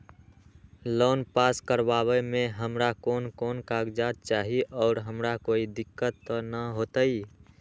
Loan pass करवावे में हमरा कौन कौन कागजात चाही और हमरा कोई दिक्कत त ना होतई?